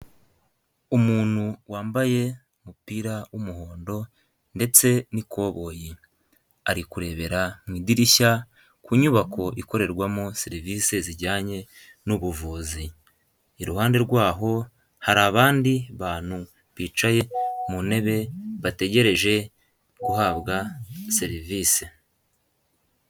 Umuntu wambaye umupira w'umuhondo ndetse n'ikoboyi. Ari kurebera mu idirishya ku nyubako ikorerwamo serivisi zijyanye n'ubuvuzi. Iruhande rwaho hari abandi bantu bicaye mu ntebe bategereje guhabwa serivisi.